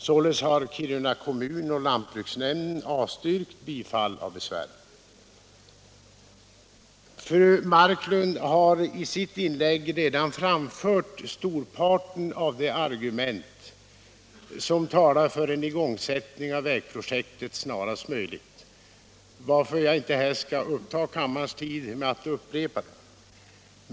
Således har Kiruna kommun och lantbruksnämnden avstyrkt bifall till besvären. Fru Marklund har i sitt inlägg redan framfört storparten av de argument som talar för en igångsättning av vägprojektet snarast möjligt, och jag skall inte uppta kammarens tid med att upprepa argumenten.